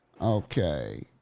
Okay